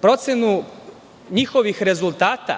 procenu njihovih rezultata,